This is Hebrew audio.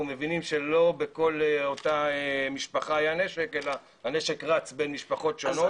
מבינים שלא בכל אותה משפחה היה נשק אלא שהנשק רץ בין משפחות שונות.